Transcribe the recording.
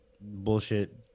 bullshit